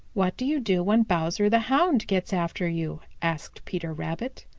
what do you do when bowser the hound gets after you? asked peter rabbit.